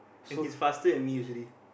and his faster than me usually